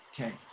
Okay